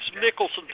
Nicholson